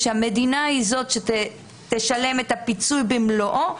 שהמדינה היא זאת שתשלם את הפיצוי במלואו,